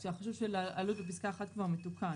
כאשר החישוב של העלות בפסקה (1) כבר מתוקן